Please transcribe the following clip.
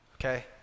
okay